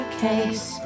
case